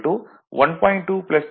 2 20